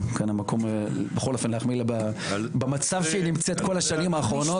כאן המקום להחמיא לה במצב שהיא נמצאת בו בכל השנים האחרונות.